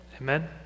Amen